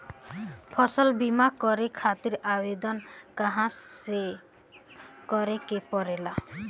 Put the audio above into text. फसल बीमा करे खातिर आवेदन कहाँसे करे के पड़ेला?